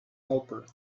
helper